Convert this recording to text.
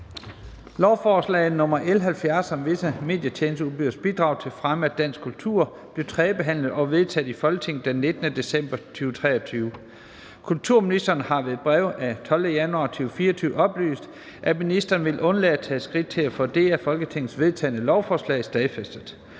(Forslag til lov om visse medietjenesteudbyderes bidrag til fremme af dansk kultur (kulturbidragsloven)) blev tredjebehandlet og vedtaget i Folketinget den 19. december 2023. Kulturministeren har ved brev af 12. januar 2024 oplyst, at ministeren vil undlade at tage skridt til at få det af Folketinget vedtagne lovforslag stadfæstet,